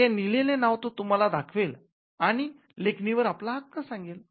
ते लिहिलेले नाव तो तुम्हाला दाखवेल आणि लेखणी वर आपला हक्क सांगेल